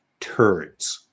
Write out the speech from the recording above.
turds